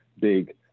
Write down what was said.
big